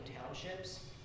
townships